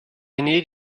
need